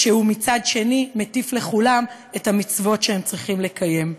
כשהוא מצד שני מטיף לכולם על המצוות שהם צריכים לקיים?